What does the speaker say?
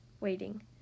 waiting